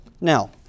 Now